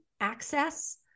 access